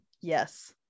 yes